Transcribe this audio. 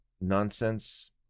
nonsense